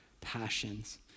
passions